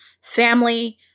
family